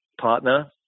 partner